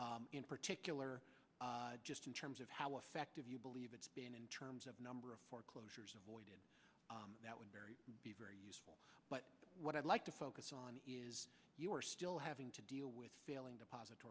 in particular just in terms of how effective you believe it's been in terms of number of foreclosures avoided that would be very useful but what i'd like to focus on is you are still having to deal with failing deposit